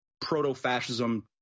proto-fascism